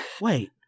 wait